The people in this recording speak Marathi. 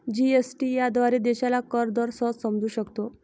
जी.एस.टी याद्वारे देशाला कर दर सहज समजू शकतो